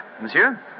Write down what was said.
Monsieur